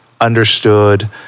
understood